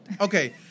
okay